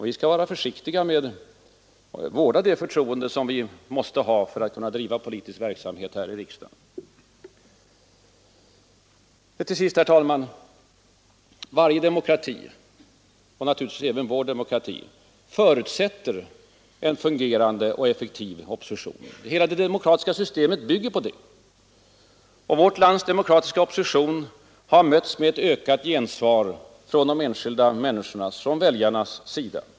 Vi skall vårda det förtroende som vi måste ha för att kunna bedriva vår verksamhet här i riksdagen. Till sist, herr talman — varje demokrati, och naturligtvis även vår, förutsätter en fungerande och effektiv opposition. Hela det parlamentariska systemet bygger på det. Vårt lands demokratiska opposition har mötts med ett ökat gensvar från de enskilda människornas — väljarnas — sida.